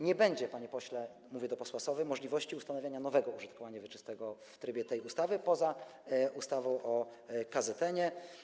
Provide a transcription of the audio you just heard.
Nie będzie, panie pośle, mówię do posła Sowy, możliwości ustanowienia nowego użytkowania wieczystego w trybie tej ustawy, poza ustawą o KZN.